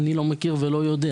אני לא מכיר ולא יודע.